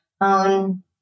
own